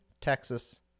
Texas